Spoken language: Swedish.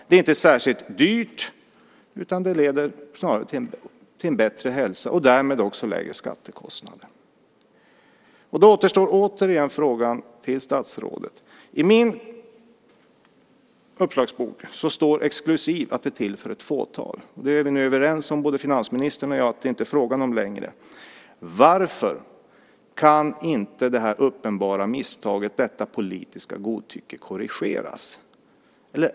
Det är inte heller särskilt dyrt utan leder snarare till en bättre hälsa och därmed också till lägre skattekostnader. Frågan till statsrådet kvarstår alltså fortfarande. I min uppslagsbok står det att något exklusivt är något som är till för ett fåtal. Detta är finansministern och jag överens om att det inte är fråga om längre. Varför kan inte detta uppenbara misstag och detta politiska godtycke korrigeras?